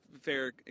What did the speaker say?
fair